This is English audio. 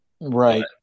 Right